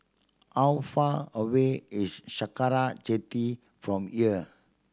how far away is Sakra Jetty from here